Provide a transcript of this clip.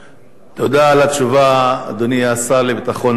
תודה על התשובה, אדוני השר לביטחון פנים.